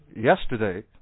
Yesterday